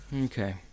Okay